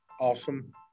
awesome